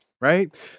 right